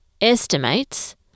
estimates